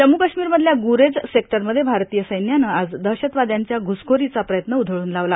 जम्म्र काश्मीरमधल्या ग्रेझ सेक्टरमध्ये भारतीय सैन्यानं आज दहशतवाद्यांचा घुसखोरीचा प्रत्यन उधळून लावला